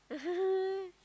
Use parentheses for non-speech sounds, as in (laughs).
(laughs)